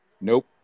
nope